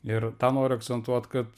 ir tą noriu akcentuot kad